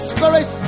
Spirit